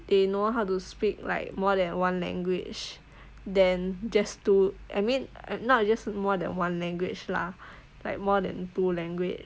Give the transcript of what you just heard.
they know how to speak like more than one language than just two I mean and not just more than one language lah like more than two language